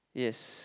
yes